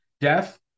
death